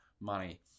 money